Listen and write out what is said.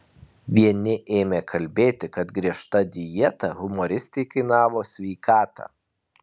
vieni ėmė kalbėti kad griežta dieta humoristei kainavo sveikatą